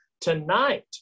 tonight